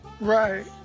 Right